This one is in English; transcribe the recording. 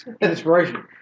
Inspiration